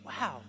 wow